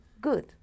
good